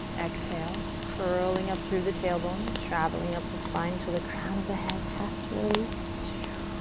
exhale, curling up through the tailbone, traveling up the spine til the crown of the head has to release.